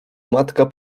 matka